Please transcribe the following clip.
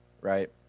right